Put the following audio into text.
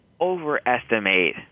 overestimate